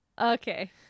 Okay